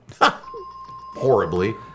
Horribly